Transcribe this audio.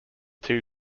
two